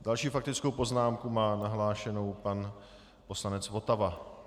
Další faktickou poznámku má nahlášenou pan poslanec Votava.